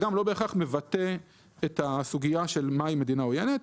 בהכרח מבטא את הסוגיה של מה היא מדינה עוינת.